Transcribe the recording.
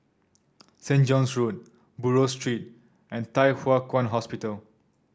Saint John's Road Buroh Street and Thye Hua Kwan Hospital